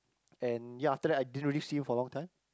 and ya after that I didn't really see you for a long time